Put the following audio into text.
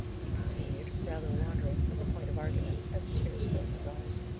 he continued, rather wandering from the point of argument, as tears filled his eyes.